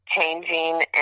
changing